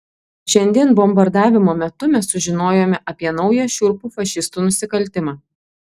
šiandien bombardavimo metu mes sužinojome apie naują šiurpų fašistų nusikaltimą